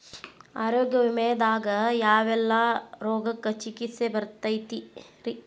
ಆರೋಗ್ಯ ವಿಮೆದಾಗ ಯಾವೆಲ್ಲ ರೋಗಕ್ಕ ಚಿಕಿತ್ಸಿ ಬರ್ತೈತ್ರಿ?